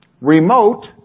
Remote